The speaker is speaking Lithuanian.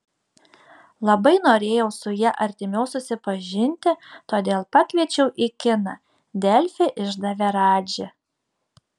labai norėjau su ja artimiau susipažinti todėl pakviečiau į kiną delfi išdavė radži